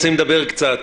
רוצים לדבר קצת.